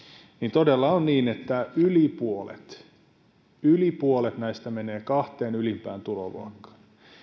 todella on niin että yli puolet yli puolet näistä menee kahteen ylimpään tuloluokkaan